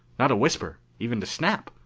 not a whisper, even to snap,